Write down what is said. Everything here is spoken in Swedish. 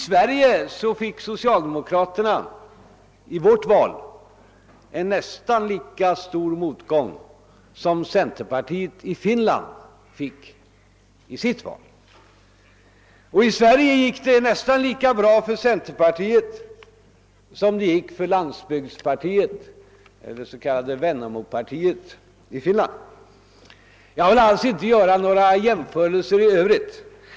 Socialdemokraterna i Sverige fick i det svenska valet en nästan lika stor motgång som centerpartiet i Finland fick i det finska valet. Och i Sverige gick det nästan lika bra för centerpartiet som det gick för landsbygdspartiet — det s.k. Ven namopartiet — i Finland. — Jag vill inte göra några jämförelser i övrigt.